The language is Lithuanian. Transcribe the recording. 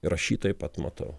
ir aš jį taip pat matau